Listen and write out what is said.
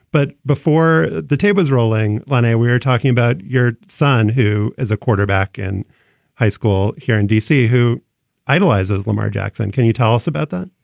but before the tape was rolling, when we were talking about your son, who is a quarterback in high school here in d c. who idolizes lamar jackson, can you tell us about that?